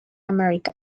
america